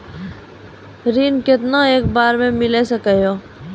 ऋण केतना एक बार मैं मिल सके हेय?